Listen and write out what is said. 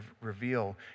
reveal